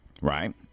right